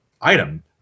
item